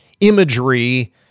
imagery